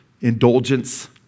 indulgence